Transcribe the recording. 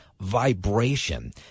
vibration